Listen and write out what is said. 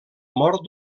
mort